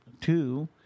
Two